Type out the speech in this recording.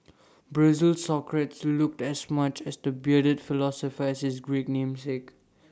Brazil's Socrates looked as much as the bearded philosopher as his Greek namesake